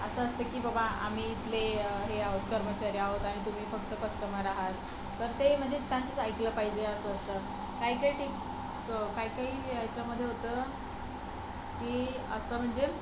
असं असतं की बाबा आम्ही इथले हे आहोत कर्मचारी आहोत आणि तुम्ही फक्त कस्टमर आहात तर ते म्हणजे त्यांचं ऐकलं पाहिजे असं असतं काही काही ठीक काही काही ह्याच्यामध्ये होतं की असं म्हणजे